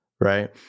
Right